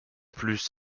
plus